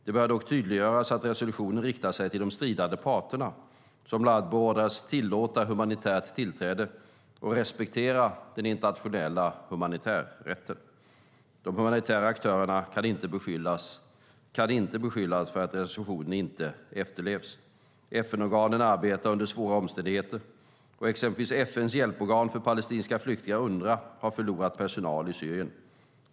Det bör dock tydliggöras att resolutionen riktar sig till de stridande parterna, som bland annat beordras tillåta humanitärt tillträde och respektera den internationella humanitärrätten. De humanitära aktörerna kan inte beskyllas för att resolutionen inte efterlevs. FN-organen arbetar under svåra omständigheter, och exempelvis FN:s hjälporgan för palestinska flyktingar, Unrwa, har förlorat personal i Syrien.